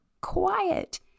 quiet